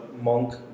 monk